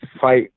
fight